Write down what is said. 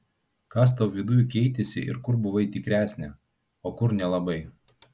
kas tau viduj keitėsi ir kur buvai tikresnė o kur nelabai